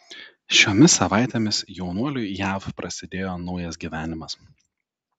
šiomis savaitėmis jaunuoliui jav prasidėjo naujas gyvenimas